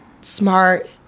smart